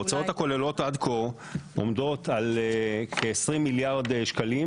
ההוצאות הכוללות עד כה עומדות על כ-20 מיליארד שקלים